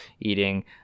eating